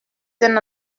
than